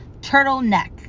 Turtleneck